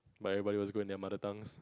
but everybody was good at their mother tongues